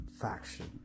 faction